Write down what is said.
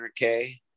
100k